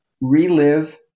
relive